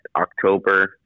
October